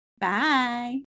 Bye